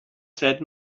said